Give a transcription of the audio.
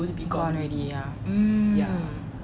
gone already mmhmm